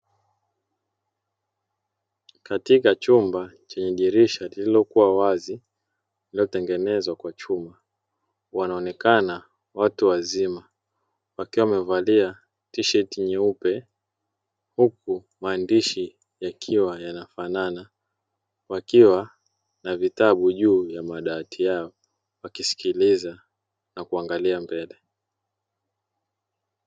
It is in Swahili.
Katika chumba chenye dirisha lililokuwa wazi lililotengenezwa kwa chuma, wanaonekana watu wazima wakiwa wamevalia tisheti nyeupe huku maandishi yakiwa yanafanana, wakiwa na vitabu juu ya madawati yao wakisikiliza na kuangalia mbele.